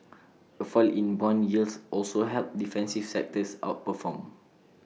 A fall in Bond yields also helped defensive sectors outperform